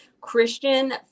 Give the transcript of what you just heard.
Christian